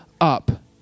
up